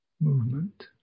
movement